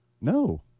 no